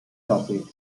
copied